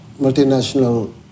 multinational